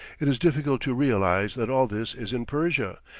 it is difficult to realize that all this is in persia,